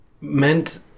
meant